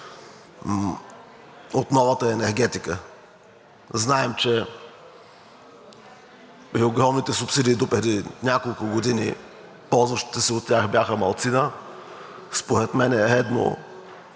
от новата енергетика. Знаем, че при огромните субсидии допреди няколко години, ползващите се от тях бяха малцина. Според мен е редно